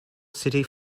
city